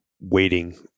waiting